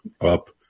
up